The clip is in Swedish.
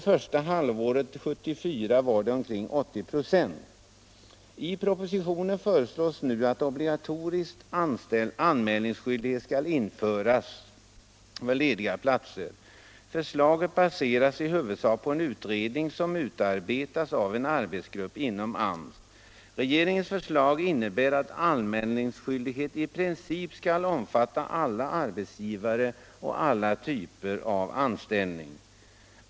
Första halvåret 1974 var andelen omkring 80 94. oo» I propositionen föreslås nu att obligatorisk anmälningsskyldighet skall införas för lediga platser. Förslaget baseras i huvudsak på en utredning som utarbetats av en arbetsgrupp inom AMS. Regeringens förslag innebär att anmälningsskyldighet i princip skall omfatta alla arbetsgivare och alla typer av anställningar.